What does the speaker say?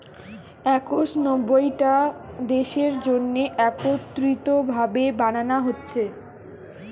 একশ নব্বইটা দেশের জন্যে একত্রিত ভাবে বানানা হচ্ছে